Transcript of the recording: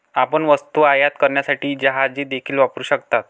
आपण वस्तू आयात करण्यासाठी जहाजे देखील वापरू शकता